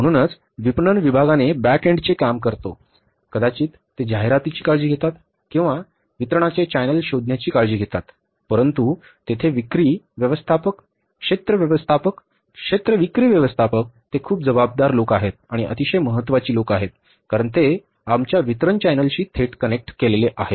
म्हणून विपणन विभाग बॅकएंडचे काम करतो कदाचित ते जाहिरातीची काळजी घेतात किंवा वितरणाचे चॅनेल शोधण्याची काळजी घेतात परंतु तेथे विक्री व्यवस्थापक क्षेत्र व्यवस्थापक क्षेत्र विक्री व्यवस्थापक ते खूप जबाबदार लोक आहेत आणि अतिशय महत्त्वाचे लोक आहेत कारण ते आमच्या वितरण चॅनेलशी थेट कनेक्ट केलेले आहेत